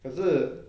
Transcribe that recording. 可是